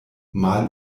mal